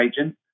agent